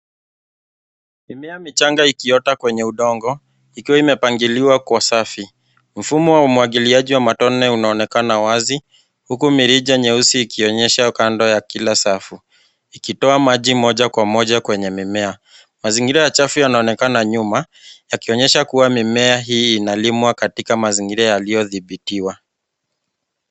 Mimea michanga ikiota kwenye udongo ikiwa imepangiliwa kwa safu. Mfumo wa umwagiliaji wa matone unaonekana wazi huku mirija nyeusi ikionyesha kando ya kila safu, ikitoa maji moja wa moja kwenye mimea. Mazingira ya chafu yanaonekana nyuma yakionyesha kuwa mimea hii inalimwa katika mazingira yaliyodhibitiwa.